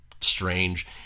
strange